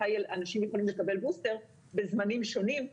מתי אנשים יכולים לקבל בוסטר בזמנים שונים.